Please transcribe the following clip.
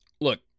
Look